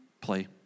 play